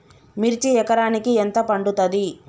మిర్చి ఎకరానికి ఎంత పండుతది?